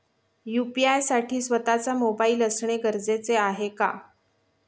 UPI साठी स्वत:चा mobile असणे गरजेचे आहे का?